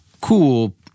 cool